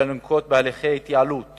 אלא לנקוט הליכי התייעלות